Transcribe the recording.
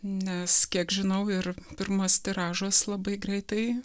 nes kiek žinau ir pirmas tiražas labai greitai